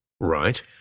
Right